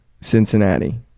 Cincinnati